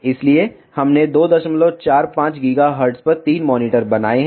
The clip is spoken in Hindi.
इसलिए हमने 245 GHz पर 3 मॉनिटर बनाए हैं